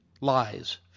lies